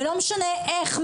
ולא משנה איך,